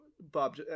Bob